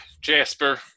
Jasper